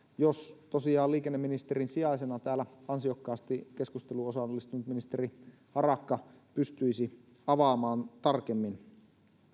jos tosiaan liikenneministerin sijaisena täällä ansiokkaasti keskusteluun osallistunut ministeri harakka pystyisi avaamaan tarkemmin